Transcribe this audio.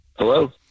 Hello